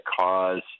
cause